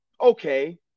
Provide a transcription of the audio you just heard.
Okay